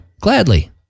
Gladly